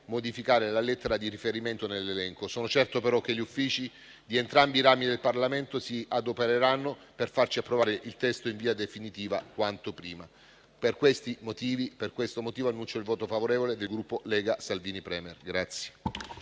modificare la lettera di riferimento nell'elenco. Sono certo, però, che gli uffici di entrambi i rami del Parlamento si adopereranno per farci approvare il testo in via definitiva quanto prima. Per questo motivo, annuncio il voto favorevole del Gruppo Lega Salvini Premier-Partito